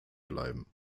bleiben